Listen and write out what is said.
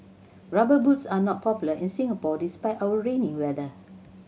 Rubber Boots are not popular in Singapore despite our rainy weather